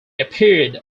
appeared